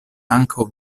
ankaŭ